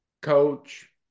coach